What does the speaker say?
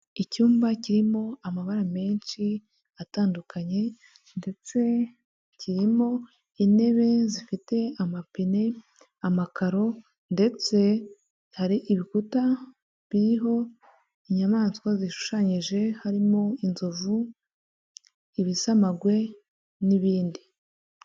Icyumba kirimo amabara menshi atandukanye, ndetse kirimo intebe zifite amapine, amakaro, ndetse hari ibikuta biriho inyamaswa zishushanyije, harimo inzovu, ibisamagwe, n'ibindi.